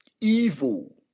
evil